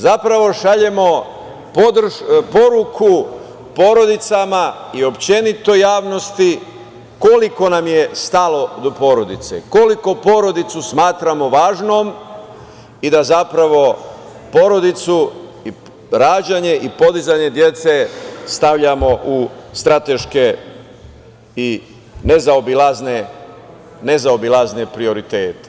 Zapravo šaljemo poruku porodicama i uopšte javnosti koliko nam je stalo do porodice, koliko porodicu smatramo važnom i da zapravo porodicu i rađanje i podizanje dece stavljamo u strateške i nezaobilazne prioritete.